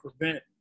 prevent –